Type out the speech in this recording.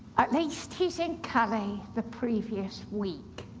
at least, he's in calais the previous week.